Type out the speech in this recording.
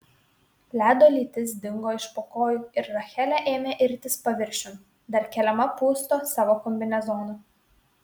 ledo lytis dingo iš po kojų ir rachelė ėmė irtis paviršiun dar keliama pūsto savo kombinezono